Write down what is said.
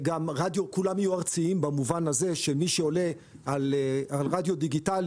כולם יהיו ארציים במובן הזה שמי שעולה על רדיו דיגיטלי